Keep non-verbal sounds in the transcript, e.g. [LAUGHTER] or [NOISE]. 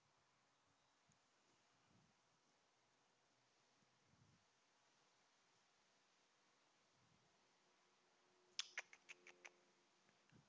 [NOISE]